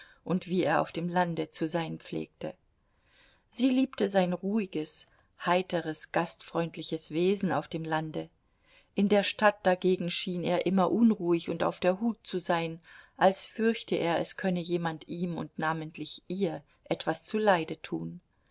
und wie er auf dem lande zu sein pflegte sie liebte sein ruhiges heiteres gastfreundliches wesen auf dem lande in der stadt dagegen schien er immer unruhig und auf der hut zu sein als fürchte er es könne jemand ihm und namentlich ihr etwas zuleide tun